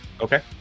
Okay